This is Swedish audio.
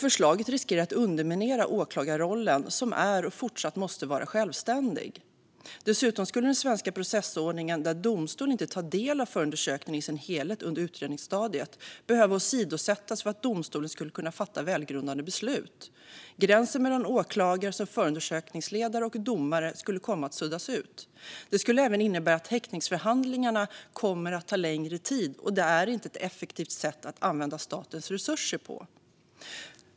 Förslaget riskerar att underminera åklagarrollen, som är och fortsatt måste vara självständig. Dessutom skulle den svenska processordningen, där domstolen inte tar del av förundersökningen i dess helhet under utredningsstadiet, behöva åsidosättas för att domstolen ska kunna fatta välgrundade beslut. Gränsen mellan åklagare som förundersökningsledare och domare skulle komma att suddas ut. Det skulle även innebära att häktningsförhandlingarna tar längre tid, och det är inte ett effektivt sätt att använda statens resurser på.